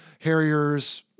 Harriers